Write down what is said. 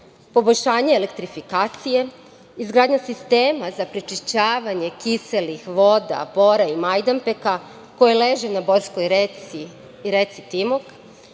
poboljšanje elektrifikacije, izgradnja sistema za prečišćavanje kiselih voda Bora i Majdanpeka koji leže na Borskoj reci i reci Timok,